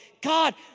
God